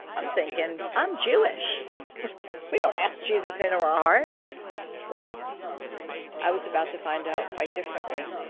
i'm thinking i'm jewish we don't, ask, jesus into our heart well i was about to find out quite differently